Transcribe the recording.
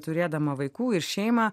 turėdama vaikų ir šeimą